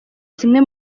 zimwe